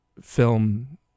film